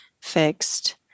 fixed